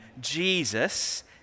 Jesus